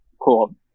Cool